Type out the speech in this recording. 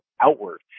outward